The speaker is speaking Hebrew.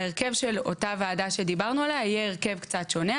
ההרכב של אותה וועדה שדיברנו עליה יהיה הרכב קצת שונה.